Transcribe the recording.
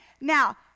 Now